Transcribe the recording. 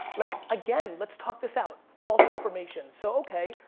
like, again, let's talk this out. false information. so, okay,